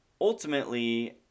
Ultimately